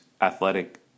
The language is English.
athletic